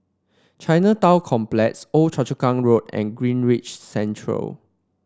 Chinatown Complex Old Choa Chu Kang Road and Greenridge Center